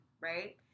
right